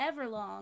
Everlong